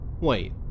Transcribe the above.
Wait